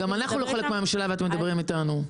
גם אנחנו לא חלק מהממשלה ואתם מדברים איתנו.